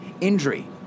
injury